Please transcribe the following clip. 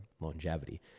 longevity